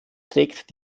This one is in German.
trägt